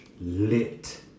lit